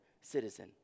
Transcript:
citizen